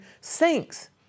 sinks